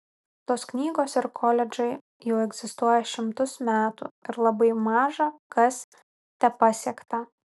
tos knygos ir koledžai jau egzistuoja šimtus metų ir labai maža kas tepasiekta